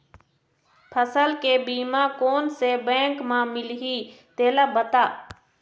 फसल के बीमा कोन से बैंक म मिलही तेला बता?